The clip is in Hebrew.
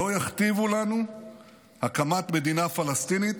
שלא יכתיבו לנו הקמת מדינה פלסטינית,